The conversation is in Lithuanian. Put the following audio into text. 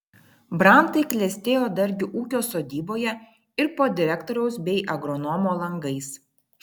brantai klestėjo dargi ūkio sodyboje ir po direktoriaus bei agronomo langais